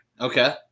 Okay